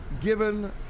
Given